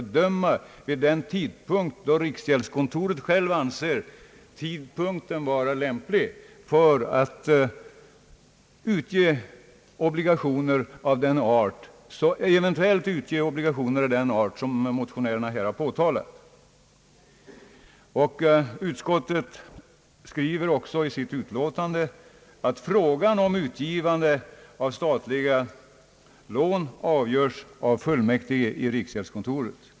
En sådan utredning är alltså redan klar inom riksgäldskontoret, som alltså har möjlighet att bedöma möjligheterna vid den tidpunkt då man eventuellt skulle anse det lämpligt att utge obligationer av den typ som motionärerna önskar. Utskottet skriver också i tande: » Utskottet vill erinra om att frågor om utgivande av statliga lån avgörs av fullmäktige i riksgäldskontoret.